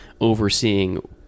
overseeing